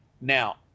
Now